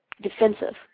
defensive